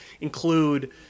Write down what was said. include